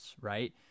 right